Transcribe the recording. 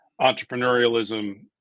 entrepreneurialism